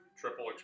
Triple